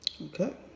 Okay